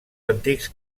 antics